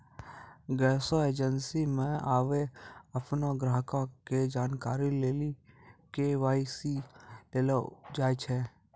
गैसो एजेंसी मे आबे अपनो ग्राहको के जानकारी लेली के.वाई.सी लेलो जाय छै